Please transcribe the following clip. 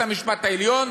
בית-המשפט העליון?